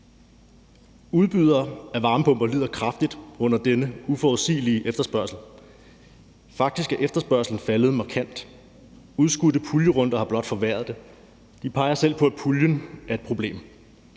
Udbydere af varmepumper lider kraftigt under denne uforudsigelige efterspørgsel. Faktisk er efterspørgslen faldet markant, og udskudte puljerunder har blot forværret det. De peger selv på, at puljen er et problem.